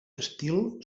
estil